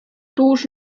tuż